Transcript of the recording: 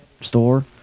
store